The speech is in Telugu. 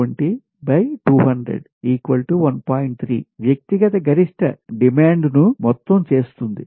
3 వ్యక్తిగత గరిష్ట డిమాండ్ను మొత్తము చేస్తుంది